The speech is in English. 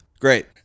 Great